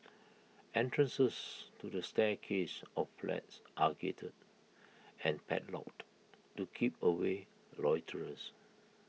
entrances to the of flats are gated and padlocked to keep away loiterers